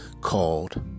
called